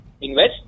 invest